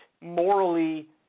morally